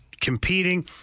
competing